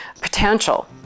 potential